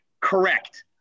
Correct